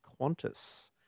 Qantas